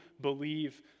believe